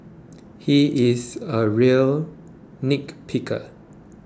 he is a real nitpicker